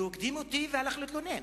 הקדימני והתלונן".